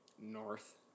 North